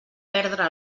perdre